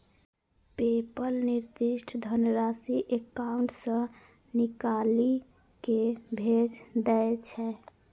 PayPal निर्दिष्ट धनराशि account सं निकालि कें भेज दै छै